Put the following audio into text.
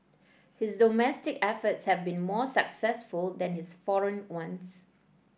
his domestic efforts have been more successful than his foreign ones